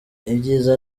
ibyiza